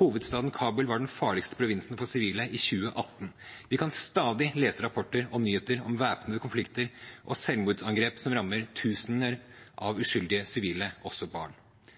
Hovedstaden Kabul var den farligste provinsen for sivile i 2018. Vi kan stadig lese rapporter og nyheter om væpnede konflikter og selvmordsangrep som rammer tusener av uskyldige sivile, også barn.